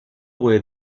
where